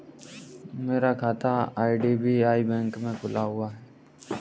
मेरा खाता IDBI bank में खुला हुआ है